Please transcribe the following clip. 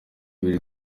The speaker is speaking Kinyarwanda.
ibiri